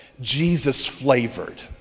Jesus-flavored